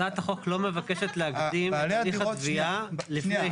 הצעת החוק לא מבקשת להקדים את הליך התביעה לפני אישור התכנית.